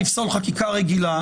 הסיבה?